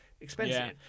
expensive